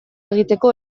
egiteko